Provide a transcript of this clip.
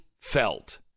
felt